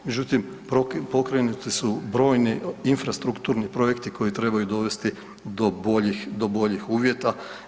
Međutim, pokrenuti su brojni infrastrukturni projekti koji trebaju dovesti do boljih uvjeta.